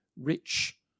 rich